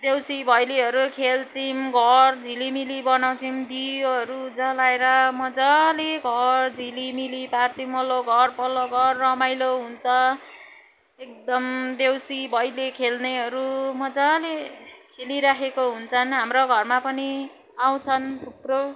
देउली भैलीहरू खेल्छौँ घर झिलिमिली बनाउँछौँ दियोहरू जलाएर मजाले घर झिलिमिली पार्छौँ वल्लो घर पल्लो घर रमाइलो हुन्छ एकदम देउसी भैली खेल्नेहरू मजाले खेलिरहेको हुन्छन् हाम्रो घरमा पनि आउँछन् थुप्रो